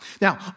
Now